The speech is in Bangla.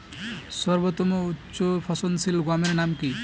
সর্বতম উচ্চ ফলনশীল গমের নাম কি?